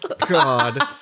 God